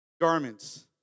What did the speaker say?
garments